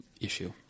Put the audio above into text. issue